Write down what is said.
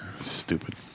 Stupid